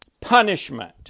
punishment